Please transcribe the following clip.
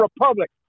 Republic